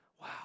wow